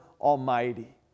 Almighty